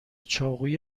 چاقوی